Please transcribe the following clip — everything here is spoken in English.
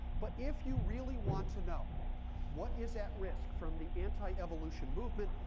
but if you really want to know what is at risk from the anti-evolution movement,